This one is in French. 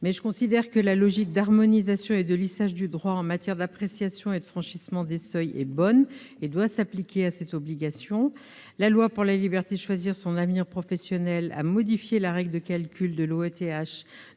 Mais je considère que la logique d'harmonisation et de lissage du droit en matière d'appréciation et de franchissement des seuils est bonne : elle doit s'appliquer à cette obligation. La loi pour la liberté de choisir son avenir professionnel a modifié la règle de calcul de l'OETH,